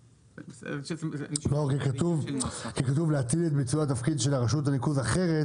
כי כתוב - להטיל את ביצוע התפקיד על רשות ניקוז אחרת,